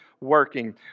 working